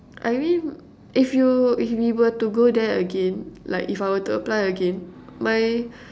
I mean if you if we were to go there again like if I were to apply again my